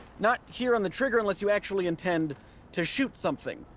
not here on the trigger unless you actually intend to shoot something.